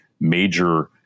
major